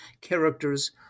characters